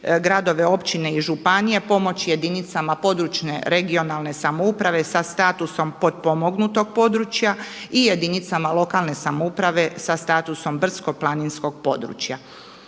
gradove, općine i županije pomoć jedinicama područne (regionalne) samouprave sa statusom potpomognutog područja i jedinicama lokalne samouprave sa statusom brdsko-planinskog područja.